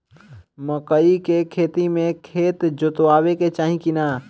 मकई के खेती मे खेत जोतावे के चाही किना?